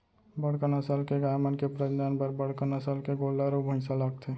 बड़का नसल के गाय मन के प्रजनन बर बड़का नसल के गोल्लर अउ भईंसा लागथे